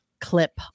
clip